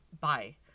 bye